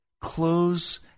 close